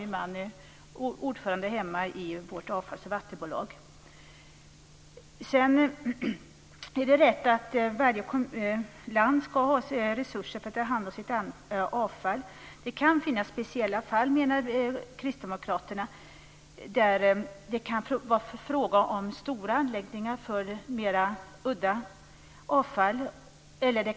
Min man är ordförande hemma i vårt avfalls och vattenbolag. Det är rätt att varje land skall avsätta resurser för att ta hand om sitt avfall. Kristdemokraterna menar att det kan finnas speciella fall där det kan vara fråga om stora anläggningar för mera udda avfall.